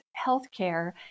healthcare